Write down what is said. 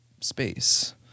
space